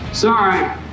Sorry